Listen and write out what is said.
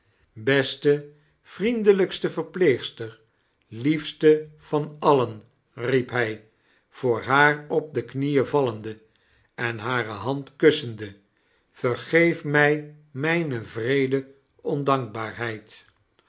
beste vriendelijkste verpleegster liefste van alien riep hij voor haar op die kjueen vallende en hare hand kussende vergeef mij mijne wreede ndankbaarheid